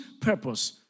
purpose